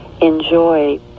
enjoy